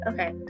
Okay